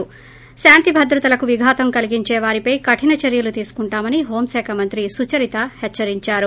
ి శాంతి భద్రతలకు విఘాతం కలిగించేవారిపై కఠిన చర్వలు తీసుకుంటామని హోం శాఖ మంత్రి సుచరిత హెచ్చరించారు